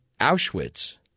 Auschwitz